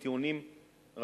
עם טיעונים רבים,